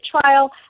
trial